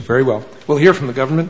very well will hear from the government